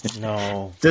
No